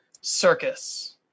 Circus